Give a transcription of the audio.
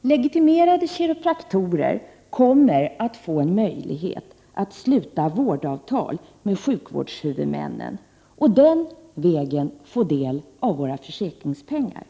Legitimerade kiropraktorer kommer att få en möjlighet att sluta vårdavtal med sjukvårdshuvudmännen och den vägen få del av våra försäkringspengar.